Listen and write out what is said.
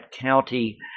county